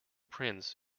prince